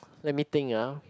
let me think ah